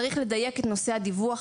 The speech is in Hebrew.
צריך לדייק את נושא הדיווח,